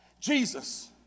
Jesus